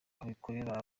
abikorera